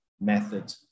method